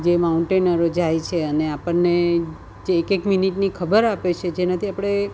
જે માઉન્ટેનરો જાય છે અને આપણને જે એક એક મિનીટની ખબર આપે છે જેનાથી આપણે